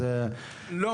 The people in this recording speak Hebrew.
אז --- לא,